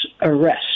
arrest